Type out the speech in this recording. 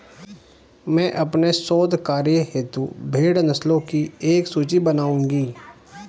मैं अपने शोध कार्य हेतु भेड़ नस्लों की एक सूची बनाऊंगी